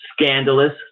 scandalous